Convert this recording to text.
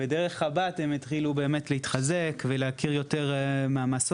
ודרך חב"ד הם התחילו באמת להתחזק ולהכיר יותר מהמסורת,